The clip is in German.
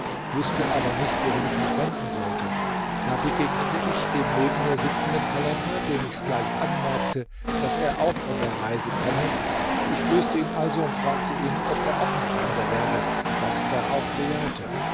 wußte aber nicht wohin ich mich wenden sollte da begegnete ich dem neben mir sitzenden kalender dem ich's gleich anmerkte daß er auch von der reise komme ich grüßte ihn also und fragte ihn ob er auch ein fremder wäre was er auch bejahte